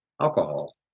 alcohol